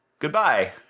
Goodbye